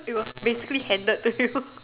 it was basically handed to you